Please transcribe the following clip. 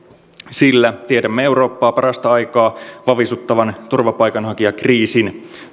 sillä tiedämme eurooppaa parasta aikaa vavisuttavan turvapaikanhakijakriisin